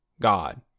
God